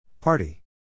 Party